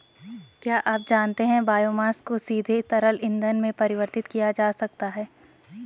क्या आप जानते है बायोमास को सीधे तरल ईंधन में परिवर्तित किया जा सकता है?